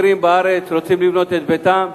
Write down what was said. בארץ רוצים לבנות את ביתם,